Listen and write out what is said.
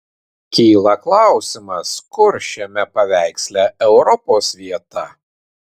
kyla klausimas kur šiame paveiksle europos vieta